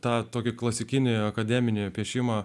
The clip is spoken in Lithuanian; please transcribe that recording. tą tokį klasikinį akademinį piešimą